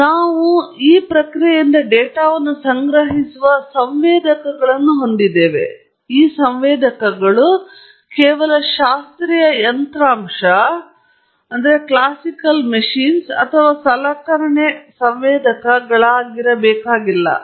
ಮತ್ತು ನಾವು ಪ್ರಕ್ರಿಯೆಯಿಂದ ಡೇಟಾವನ್ನು ಸಂಗ್ರಹಿಸುವ ಸಂವೇದಕಗಳನ್ನು ಹೊಂದಿದ್ದೇವೆ ಮತ್ತು ಈ ಸಂವೇದಕಗಳು ಕೇವಲ ಶಾಸ್ತ್ರೀಯ ಯಂತ್ರಾಂಶ ಅಥವಾ ಸಲಕರಣೆ ಸಂವೇದಕಗಳಾಗಿರಬೇಕಾಗಿಲ್ಲ